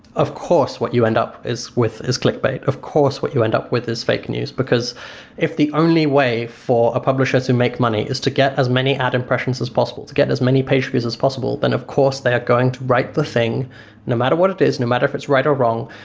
of course what you end up is with is clickbait, of course what you end up with is fake news, because if the only way for a publisher to make money is to get as many ad impressions as possible, to get as many page views as possible, then of course they are going to write the thing no matter what it is, no matter if it's right or wrong,